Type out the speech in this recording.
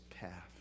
path